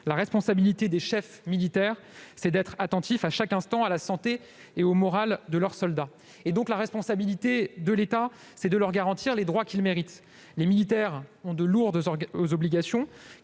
La responsabilité des chefs militaires, c'est d'être attentifs à chaque instant à la santé et au moral de leurs soldats. Par conséquent, la responsabilité de l'État, c'est de garantir aux militaires les droits qu'ils méritent. Les militaires ont de lourdes obligations,